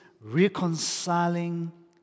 reconciling